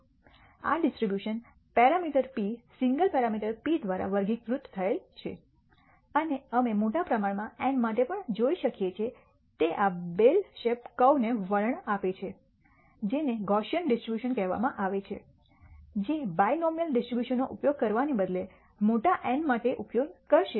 આ distribution parameter P single parameter P દ્વારા વર્ગીકૃત થયેલ છે અને અમે મોટા પ્રમાણમાં n માટે પણ જોઈ શકીએ છીએ તે આ બેલ શેપ કર્વ ને વલણ આપે છે જેને ગૌસીયન ડિસ્ટ્રીબ્યુશન કહેવામાં આવે છે જે બાઇનોમીઅલ ડિસ્ટ્રીબ્યુશન નો ઉપયોગ કરવાને બદલે મોટા n માટે ઉપયોગ કરશે